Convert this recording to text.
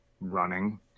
running